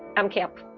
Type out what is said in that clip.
i'm camp.